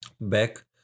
back